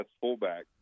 fullback